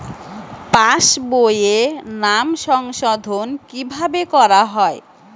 পাশ বইয়ে নাম সংশোধন কিভাবে করা হয়?